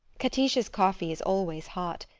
catiche's coffee is always hot.